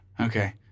Okay